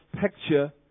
picture